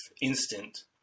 instant